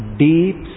deep